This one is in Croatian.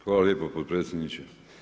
Hvala lijepo potpredsjedniče.